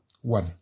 One